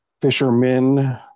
fishermen